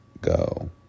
go